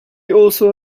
also